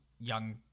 young